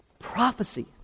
prophecy